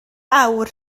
awr